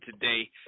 Today